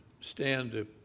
stand